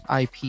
IP